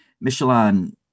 Michelin